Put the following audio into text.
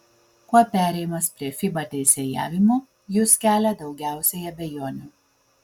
kuo perėjimas prie fiba teisėjavimo jus kelia daugiausiai abejonių